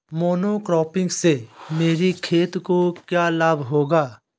Monocropping से मेरी खेत को क्या लाभ होगा?